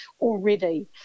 already